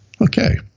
Okay